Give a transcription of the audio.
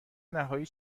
نهایی